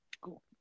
Cool